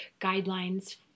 guidelines